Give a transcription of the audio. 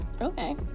Okay